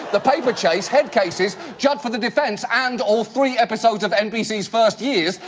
the paper chase, head cases, judd for the defense, and all three episodes of nbc's first years,